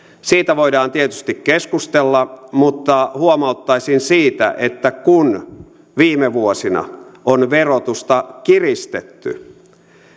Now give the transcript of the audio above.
siitä voidaan tietysti keskustella mutta huomauttaisin siitä että kun viime vuosina on verotusta kiristetty